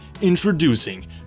Introducing